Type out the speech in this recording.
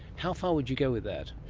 how far would you go with that?